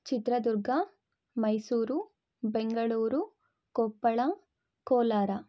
Chitradurga Mysuru Bengaluru Koppal Kolar